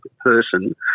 person